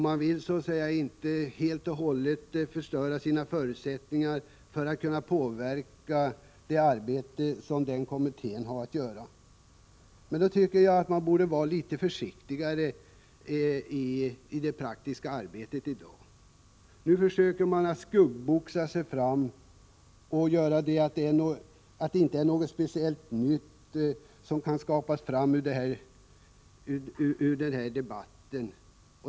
Man vill så att säga inte helt och hållet förstöra sina förutsättningar att kunna påverka det arbete som kommittén har att göra. Men då tycker jag att man borde vara litet försiktigare i det praktiska arbetet i dag. Nu försöker man att skuggboxa sig fram — man hävdar att det inte är något speciellt nytt som kan skapas fram ur debatten.